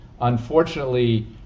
unfortunately